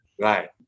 Right